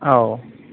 औ